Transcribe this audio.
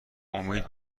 امید